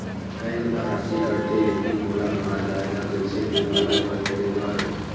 Bank मा राशि कटथे लेकिन मोला कहां जाय ला कइसे बीमा ला बंद करे बार?